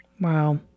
Wow